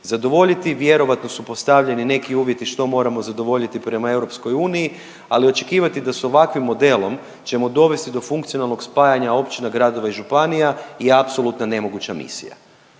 zadovoljiti. Vjerojatno su postavljeni neki uvjeti što moramo zadovoljiti prema EU, ali očekivati da sa ovakvim modelom ćemo dovesti do funkcionalnog spajanja općina, gradova i županija je apsolutna nemoguća misija.